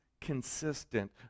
consistent